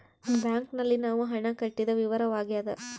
bank ನಲ್ಲಿ ನಾವು ಹಣ ಕಟ್ಟಿದ ವಿವರವಾಗ್ಯಾದ